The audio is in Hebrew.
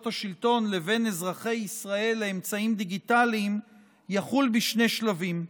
השלטון לבין אזרחי ישראל לאמצעים דיגיטליים יחול בשני שלבים: